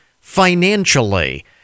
financially